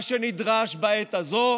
מה שנדרש בעת הזו